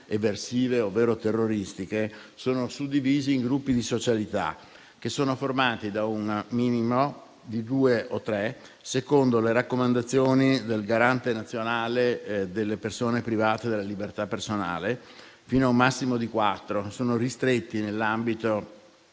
eversive ovvero terroristiche, sono suddivisi in gruppi di socialità, formati da un minimo di due o tre - secondo le raccomandazioni del Garante nazionale dei diritti delle persone private della libertà personale - fino a un massimo di quattro; sono ristretti nell'ambito